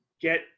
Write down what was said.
get